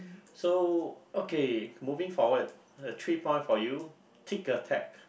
so okay moving forward uh three point for you tic a